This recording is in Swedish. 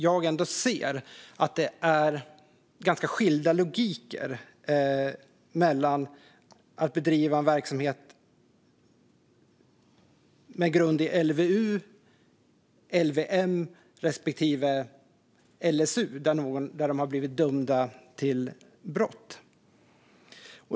Jag ser att det är ganska skilda logiker mellan att bedriva en verksamhet med grund i LVU och LVM respektive LSU, där personerna har blivit dömda för brott.